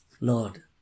Lord